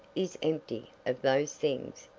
is empty of those things,